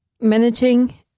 managing